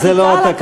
זה לא התקנון.